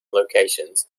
locations